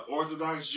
Orthodox